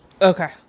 Okay